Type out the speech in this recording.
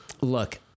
Look